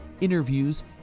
interviews